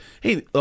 hey